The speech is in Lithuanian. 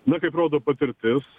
nu kaip rodo patirtis